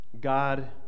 God